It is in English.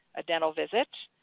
a dental visit,